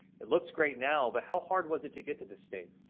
it looks great now, but how hard was it to get to this state?